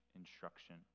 instruction